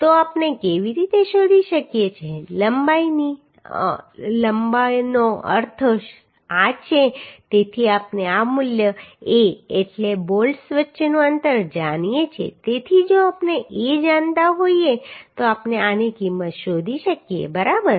તો આપણે કેવી રીતે શોધી શકીએ કે લંબાઈની લંબાઈનો અર્થ આ છે તેથી આપણે આ મૂલ્ય a a એટલે બોલ્ટ્સ વચ્ચેનું અંતર જાણીએ છીએ તેથી જો આપણે a જાણતા હોઈએ તો આપણે આની કિંમત શોધી શકીએ બરાબર